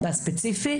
בספציפי?